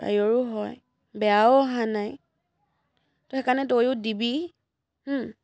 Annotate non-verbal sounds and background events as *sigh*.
*unintelligible* হয় বেয়াও অহা নাই ত' সেইকাৰণে তইও দিবি